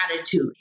attitude